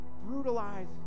brutalize